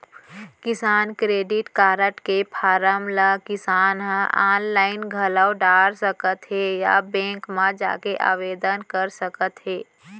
किसान credit card के form ल किसान ह आनलाइन घलौ डार सकत हें या बेंक म जाके आवेदन कर सकत हे